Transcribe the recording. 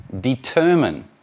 determine